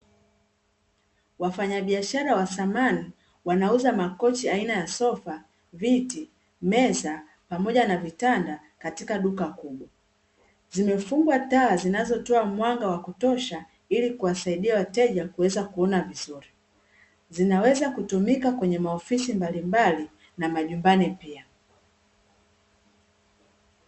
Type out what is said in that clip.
Wafanyabiashara wa samani wanauza makochi aina ya sofa, viti, meza pamoja na vitanda katika duka kubwa. Zimefungwa taa zinazotoa mwanga wa kutosha kwa ajili ya wateja kuweza kuona vizuri, zinaweza kutumika kwenye maofisi mbalimbali na majumbani pia.